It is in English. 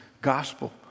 gospel